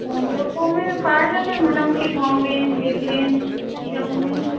সব রকমের পাওয়া যাবে মোটামুটি কম রেঞ্জ বেশি রেঞ্জ এই রকমের